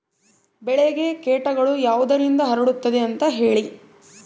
ಬೆಳೆಗೆ ಕೇಟಗಳು ಯಾವುದರಿಂದ ಹರಡುತ್ತದೆ ಅಂತಾ ಹೇಳಿ?